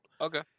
Okay